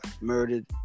murdered